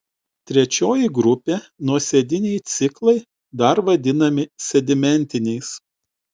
trečioji grupė nuosėdiniai ciklai dar vadinami sedimentiniais